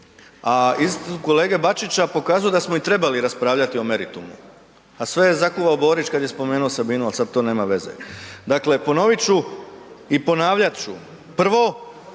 A istup kolege Bačića pokazuje da smo i trebali raspravljati o meritumu a sve je zakuhao Borić kada je spomenuo Sabinu ali sada to nema veze. Dakle ponoviti ću i ponavljati ću, prvo,